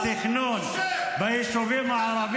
פשיסטים כמוך